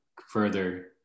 further